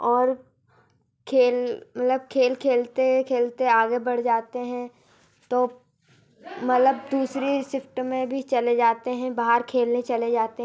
और खेल मतलब खेल खेलते खेलते आगे बढ़ जाते हैं तो मतलब दूसरे सिफ्ट में भी चले जाते हैं बाहर खेलने चले जाते हैं